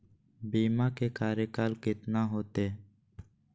बीमा के कार्यकाल कितना होते?